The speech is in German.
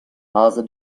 hase